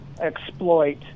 exploit